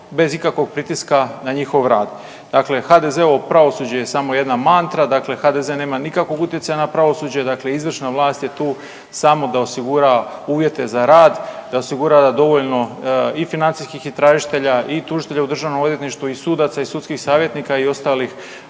bez ikakvog pritiska na njihov rad. Dakle HDZ-ovo pravosuđe je samo jedna mantra, dakle HDZ nema nikakvog utjecaja na pravosuđe, dakle izvršna vlast je tu samo da osigura uvjete za rad, da osigura dovoljno i financijskih istražitelja i tužitelja u DORH-u i sudaca i sudskih savjetnika i ostalih